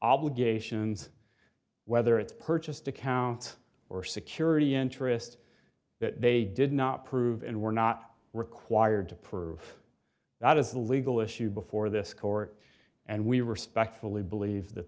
obligations whether it's purchased a cow or a security interest that they did not prove and were not required to prove that is a legal issue before this court and we respectfully believe that